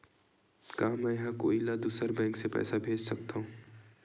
का मेंहा कोई ला दूसर बैंक से पैसा भेज सकथव?